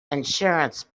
insurance